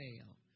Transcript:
fail